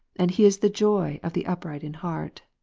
and he is the joy of the upright in heart.